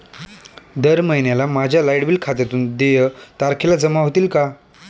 दर महिन्याला माझ्या लाइट बिल खात्यातून देय तारखेला जमा होतील का?